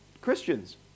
Christians